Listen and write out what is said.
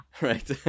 right